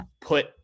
put